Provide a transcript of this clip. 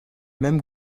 même